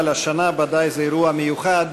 אבל השנה זה בוודאי אירוע מיוחד,